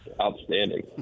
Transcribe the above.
Outstanding